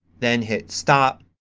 then hit stop.